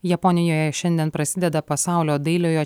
japonijoje šiandien prasideda pasaulio dailiojo